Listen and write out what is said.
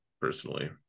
personally